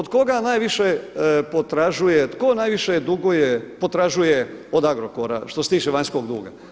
Od koga najviše potražuje, tko najviše duguje, potražuje od Agrokora, što se tiče vanjskog duga?